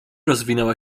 rozwinęła